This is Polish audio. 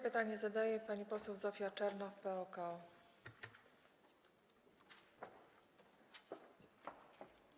Pytanie zadaje pani poseł Zofia Czernow, PO-KO.